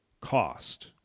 cost